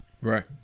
right